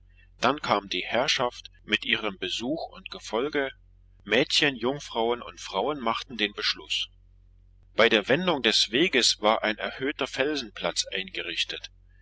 dann kam die herrschaft mit ihrem besuch und gefolge mädchen jungfrauen und frauen machten den beschluß bei der wendung des weges war ein erhöhter felsenplatz eingerichtet